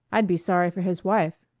i'd be sorry for his wife.